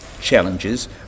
challenges